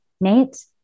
Nate